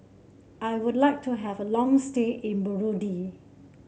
I would like to have a long stay in Burundi